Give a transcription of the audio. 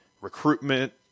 recruitment